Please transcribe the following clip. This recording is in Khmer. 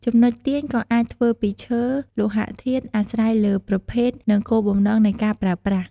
ចំណុចទាញក៏អាចធ្វើពីឈើ លោហធាតុ អាស្រ័យលើប្រភេទ និងគោលបំណងនៃការប្រើប្រាស់។